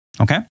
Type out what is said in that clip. Okay